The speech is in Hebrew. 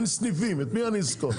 אין סניפים, את מי אני אסקול?